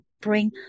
bring